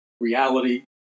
reality